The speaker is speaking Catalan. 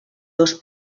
dos